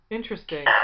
Interesting